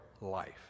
life